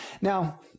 Now